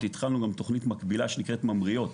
התחלנו תוכנית מקבילה שנקראת 'ממריאות'.